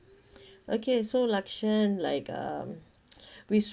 okay so lakshen like um we